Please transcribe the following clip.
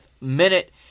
minute